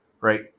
right